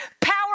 power